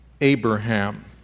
Abraham